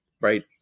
right